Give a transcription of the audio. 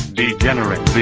d three